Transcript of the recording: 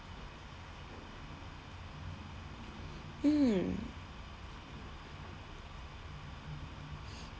mm